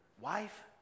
Wife